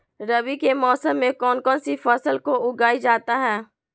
रवि के मौसम में कौन कौन सी फसल को उगाई जाता है?